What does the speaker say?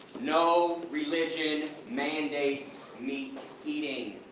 no religion mandates meat eating!